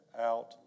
out